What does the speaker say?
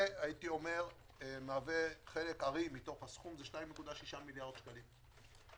זה מהווה חלק ארי מהסכום 2.6 מיליארד שקלים.